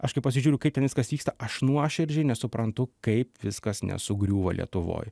aš kai pasižiūriu kaip ten viskas vyksta aš nuoširdžiai nesuprantu kaip viskas nesugriūva lietuvoj